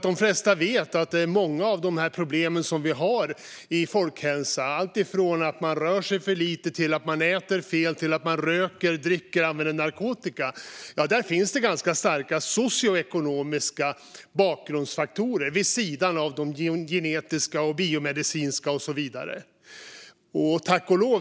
De flesta vet ju att i många av problemen i vår folkhälsa - alltifrån att man rör sig för lite och äter fel till att man röker, dricker och använder narkotika - finns det ganska starka socioekonomiska bakgrundsfaktorer, vid sidan av de genetiska, biomedicinska och så vidare.